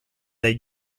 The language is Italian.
dai